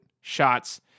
shots